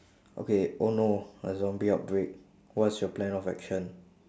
okay oh no a zombie outbreak what's your plan of action